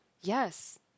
Yes